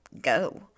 go